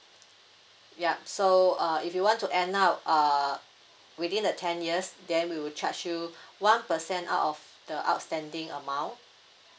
ya so uh if you want to end out uh within the ten years then we will charge you one percent out of the outstanding amount